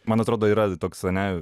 man atrodo yra toks ane